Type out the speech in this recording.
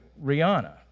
Rihanna